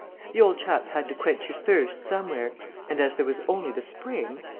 the old chap had to quench his thirst somewhere and, as there was only the spring.